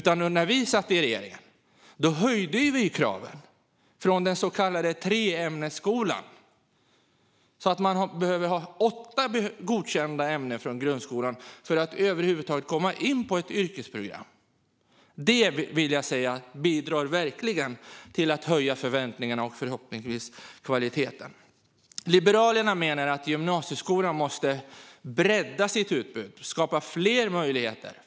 När vi satt i regeringen höjde vi kravet från tre godkända grundskoleämnen i den så kallade treämnesskolan till åtta godkända grundskoleämnen för att man över huvud taget skulle kunna komma in på ett yrkesprogram. Detta har verkligen bidragit till att höja förväntningarna och förhoppningsvis kvaliteten. Liberalerna menar att gymnasieskolan måste bredda sitt utbud och skapa fler möjligheter.